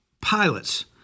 pilots